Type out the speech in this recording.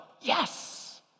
Yes